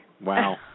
Wow